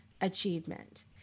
achievement